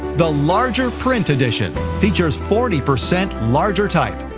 the larger print edition features forty percent larger type,